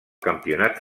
campionat